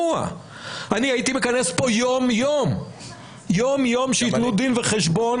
אני הייתי מכנס פה יום יום שיתנו דין וחשבון